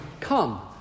Come